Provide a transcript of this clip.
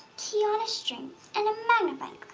key on a string, and a magnifying